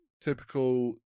typical